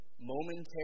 momentary